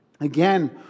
Again